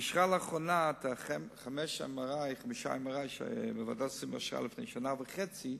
אישרה חמישה מכשירי MRI שאושרו בוועדת שרים לפני שנה וחצי,